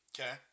Okay